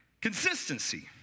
Consistency